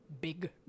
Big